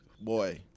Boy